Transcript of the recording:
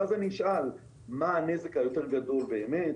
ואז אני אשאל מה הנזק הגדול יותר באמת,